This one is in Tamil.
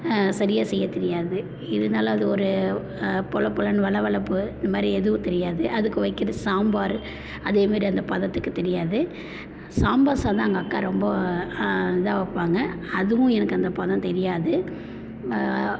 சரியாக செய்ய தெரியாது இருந்தாலும் அது ஒரு பொல பொலன்னு வழவலப்பு இந்த மாதிரி எதுவும் தெரியாது அதுக்கு வைக்கிற சாம்பார் அதே மாதிரி அந்த பதத்துக்குத் தெரியாது சாம்பார் சாதம் எங்கள் அக்கா ரொம்ப இதா வைப்பாங்க அதுவும் எனக்கு அந்த பதம் தெரியாது